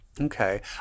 Okay